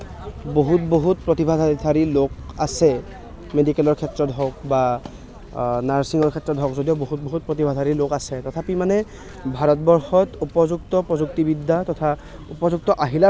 বহুত বহুত প্ৰতিভাধাৰী লোক আছে মেডিকেলৰ ক্ষেত্ৰত হওক বা নাৰ্চিঙৰ ক্ষেত্ৰত হওক যদিও বহুত প্ৰতিভাধাৰী লোক আছে তথাপি মানে ভাৰতবৰ্ষত উপযুক্ত প্ৰযুক্তিবিদ্যা তথা উপযুক্ত আহিলাৰ অভাৱত